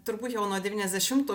turbūt jau nuo devyniasdešimtų